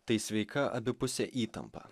tai sveika abipusė įtampa